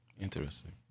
Interesting